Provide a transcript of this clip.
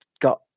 got